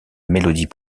mélodies